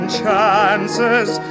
chances